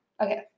Okay